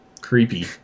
creepy